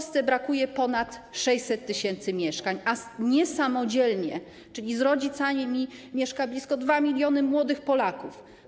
W Polsce brakuje ponad 600 tys. mieszkań, a niesamodzielnie, czyli z rodzicami, mieszka blisko 2 mln młodych Polaków.